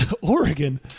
Oregon